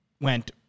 went